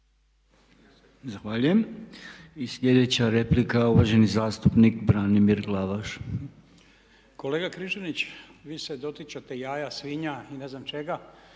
Zahvaljujem. I sljedeća replika uvaženi zastupnik Branimir Glavaš. **Glavaš, Branimir (HDSSB)** Kolega Križanić vi ste dotičete jaja, svinja i ne znam čega,